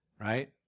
right